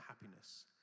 happiness